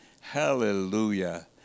Hallelujah